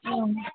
ஆ